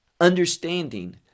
understanding